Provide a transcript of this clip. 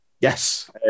Yes